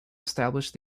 established